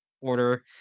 order